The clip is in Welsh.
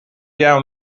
iawn